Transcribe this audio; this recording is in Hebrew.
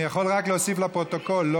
התשע"ז 2017,